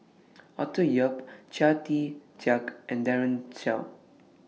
Arthur Yap Chia Tee Chiak and Daren Shiau